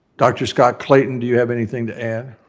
dr. scott-clayton, do you have anything to add?